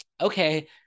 Okay